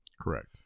Correct